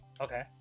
Okay